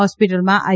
હોસ્પિટલમાં આઇ